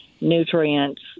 nutrients